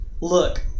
Look